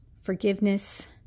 forgiveness